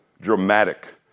dramatic